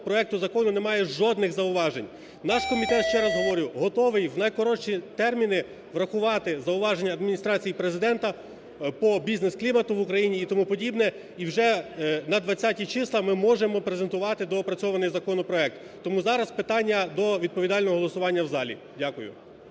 проекту закону немає жодних зауважень. Наш комітет, ще раз говорю, готовий в найкоротші терміни врахувати зауваження Адміністрації Президента по бізнес-клімату в Україні і тому подібне і вже на 20-і числа ми можемо презентувати доопрацьований законопроект. Тому зараз питання до відповідального голосування в залі. Дякую.